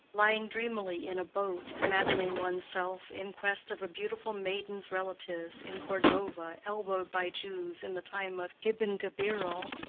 lying dreamily in a boat, imagining one's self in quest of a beautiful maiden's relatives in cordova elbowed by jews in the time of ibn-gebirol,